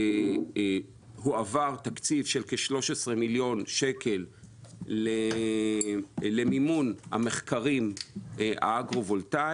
הועבר תקציב של כ-13 מיליון ₪ למימון המחקרים האגרו-וולטאים.